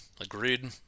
Agreed